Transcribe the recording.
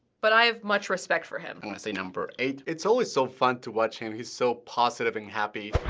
but i have much respect for him. i wanna say number eight. it's always so fun to watch him. he's so positive and happy.